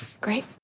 Great